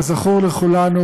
כזכור לכולנו,